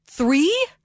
Three